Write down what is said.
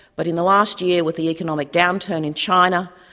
but in the last year, with the economic downturn in china,